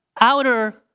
outer